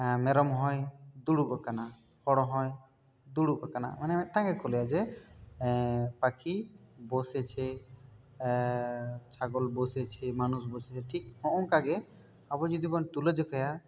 ᱢᱮᱨᱚᱢ ᱦᱚᱸᱭ ᱫᱩᱲᱩᱵ ᱟᱠᱟᱱᱟ ᱦᱚᱲᱚᱦᱚᱸᱭ ᱫᱩᱲᱩᱵ ᱟᱠᱟᱱᱟ ᱚᱱᱮ ᱢᱤᱫᱴᱟᱝ ᱜᱮᱠᱚ ᱞᱟᱹᱭᱟ ᱡᱮ ᱯᱟᱪᱷᱤ ᱵᱚᱥᱮᱪᱷᱮ ᱪᱷᱟᱜᱚᱞ ᱵᱚᱥᱮᱪᱷᱮ ᱢᱟᱱᱩᱥ ᱵᱚᱥᱮᱪᱷᱮ ᱴᱷᱤᱠ ᱦᱚᱜᱼᱚᱭ ᱚᱱᱠᱟᱜᱮ ᱟᱵᱚ ᱡᱩᱫᱤ ᱵᱚᱱ ᱛᱩᱞᱟᱹ ᱡᱚᱠᱷᱟᱭᱟ